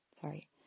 sorry